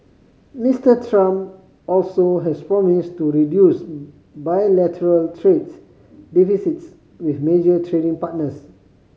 Mister Trump also has promised to reduce bilateral trades deficits with major trading partners